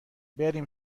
بریم